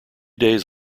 days